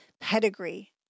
pedigree